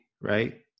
Right